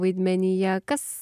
vaidmenyje kas